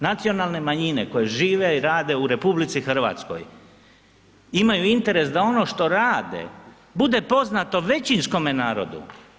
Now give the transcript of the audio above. Nacionalne manjine koje žive i rade u RH imaju interes da ono što rade, bude poznato većinskome narodu.